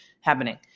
happening